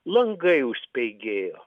langai užspeigėjo